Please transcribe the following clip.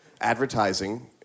advertising